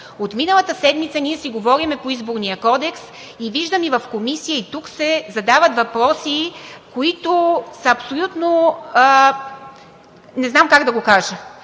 От миналата седмица ние си говорим по Изборния кодекс и виждам – и в Комисия, и тук, се задават въпроси, които са абсолютно – не знам как да го кажа